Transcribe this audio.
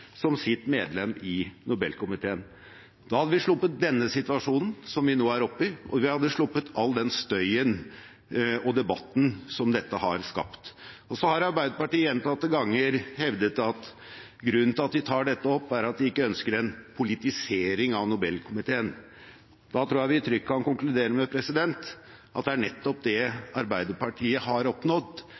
som sitt medlem i Nobelkomiteen. Da hadde vi sluppet den situasjonen som vi nå er oppi, og vi hadde sluppet all den støyen og debatten som dette har skapt. Arbeiderpartiet har gjentatte ganger hevdet at grunnen til at de tar dette opp, er at de ikke ønsker en politisering av Nobelkomiteen. Da tror jeg vi trygt kan konkludere med at det er nettopp det Arbeiderpartiet har oppnådd